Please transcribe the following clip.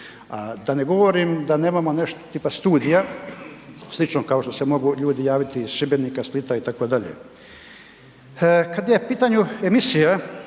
da ne govorim da nemamo nešto tipa studija, slično kao što se mogu ljudi javiti iz Šibenika, Splita itd. Kad je u pitanju emisija,